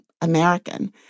American